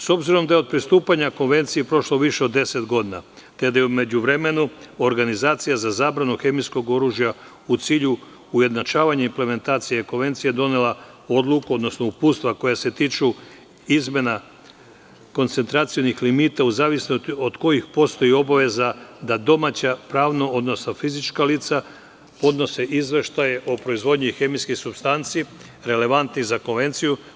S obzirom da je od pristupanja Konvenciji prošlo više od 10 godina, te da je u međuvremenu Organizacija za zabranu hemijskog oružja, u cilju ujednačavanja implementacije Konvencije, donela odluku, odnosno uputstva koja se tiču izmena koncentracionih limita u zavisnosti od kojih postoji obaveza da domaća pravna, odnosno fizička lica podnose izveštaje o proizvodnji hemijskih supstanci relevantnih za Konvenciju.